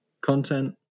content